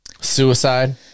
suicide